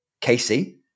Casey